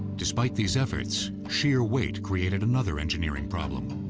despite these efforts, sheer weight created another engineering problem.